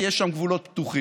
כי יש שם גבולות פתוחים.